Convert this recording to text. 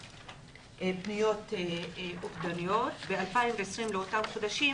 פניות אובדניות, ב-2020 אותם חודשים